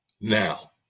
now